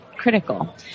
critical